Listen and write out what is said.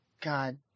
God